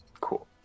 cool